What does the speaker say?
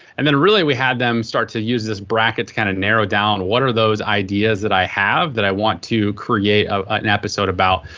and then really we had them start to use this bracket to kind of narrow down what are those ideas that i have that i want to create ah an episode about?